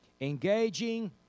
Engaging